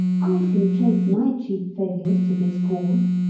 i can trace my chief failures to this cause.